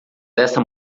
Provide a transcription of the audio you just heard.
desta